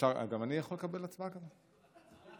תקנות סמכויות מיוחדות להתמודדות עם נגיף הקורונה החדש (הוראת